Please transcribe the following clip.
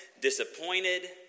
disappointed